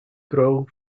grow